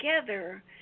together